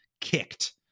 kicked